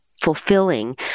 fulfilling